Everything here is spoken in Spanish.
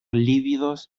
lívidos